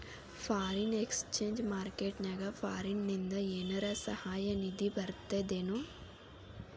Foreign exchange market ನ್ಯಾಗ ಫಾರಿನಿಂದ ಏನರ ಸಹಾಯ ನಿಧಿ ಬರ್ತದೇನು?